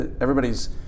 everybody's